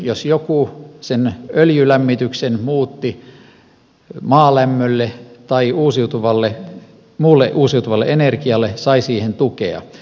jos joku sen öljylämmityksen muutti maalämmöksi tai muuksi uusiutuvaksi energiaksi sai siihen tukea